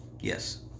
Yes